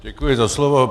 Děkuji za slovo.